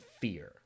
fear